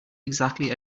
exactly